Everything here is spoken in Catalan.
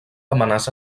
amenaça